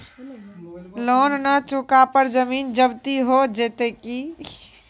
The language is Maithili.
लोन न चुका पर जमीन जब्ती हो जैत की?